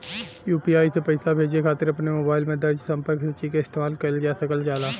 UPI से पइसा भेजे खातिर अपने मोबाइल में दर्ज़ संपर्क सूची क इस्तेमाल कइल जा सकल जाला